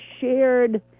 shared